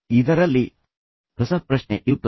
ಇದರಲ್ಲಿ ರಸಪ್ರಶ್ನೆ ಇರುತ್ತದೆ